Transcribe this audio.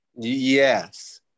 Yes